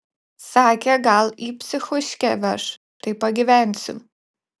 sakė gal į psichuškę veš tai pagyvensiu